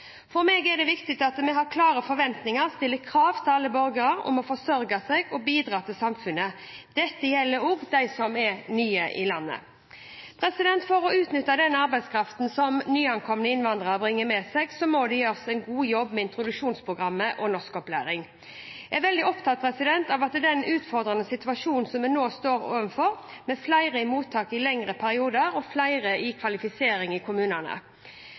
For meg er det viktig at vi har klare forventninger, stiller krav til alle borgere om å forsørge seg og bidra til samfunnet. Dette gjelder også de som er nye i landet. For å utnytte den arbeidskraften som nyankomne innvandrere bringer med seg, må det gjøres en god jobb med introduksjonsprogrammet og norskopplæring. Jeg er veldig opptatt av den utfordrende situasjonen vi nå står overfor, med flere i mottak i lengre perioder og flere i kvalifisering i kommunene.